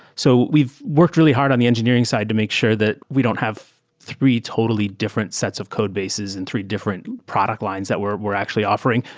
so we've worked really hard on the engineering side to make sure that we don't have three totally different sets of codebases in three different product lines that we're we're actually offering.